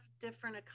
different